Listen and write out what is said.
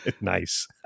Nice